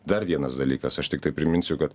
dar vienas dalykas aš tiktai priminsiu kad